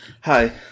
hi